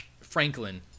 franklin